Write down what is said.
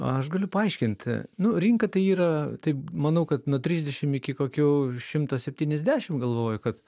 a aš galiu paaiškinti nu rinka tai yra taip manau kad nuo trisdešim iki kokių šimto septyniasdešim galvoju kad